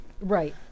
Right